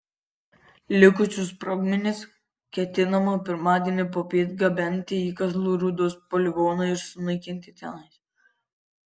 likusius sprogmenis ketinama pirmadienį popiet gabenti į kazlų rūdos poligoną ir sunaikinti ten